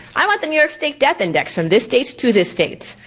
i want the new york state death index from this date to this date.